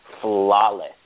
flawless